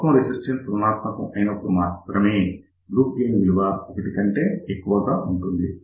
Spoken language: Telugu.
మొత్తం రెసిస్టెన్స్ రుణాత్మకం అయినప్పుడు మాత్రమే లూప్ గెయిన్ విలువ 1 కంటే ఎక్కువగా ఉంటుంది